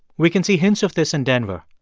we can see hints of this in denver.